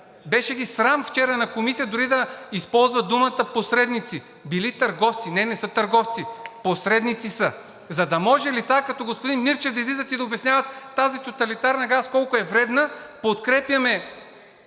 Беше ги срам вчера на Комисията дори да използват думата „посредници“ – били търговци, не, не са търговци, посредници са, за да може лица като господин Мирчев да излизат и да обясняват този тоталитарен газ колко е вреден, подкрепяме